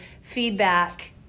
feedback